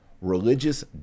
religious